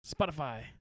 Spotify